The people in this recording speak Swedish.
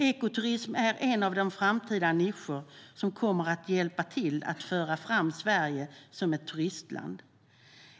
Ekoturism är en av de framtida nischer som kommer att hjälpa till att föra fram Sverige som ett turistland.